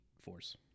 force